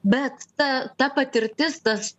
bet ta ta patirtis tas